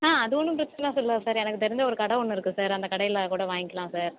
ஆ அது ஒன்றும் பிரச்சனை இல்லை சார் எனக்கு தெரிஞ்ச கடை ஒன்று இருக்கு சார் அந்த கடையில் கூட வாங்கிக்கலாம் சார்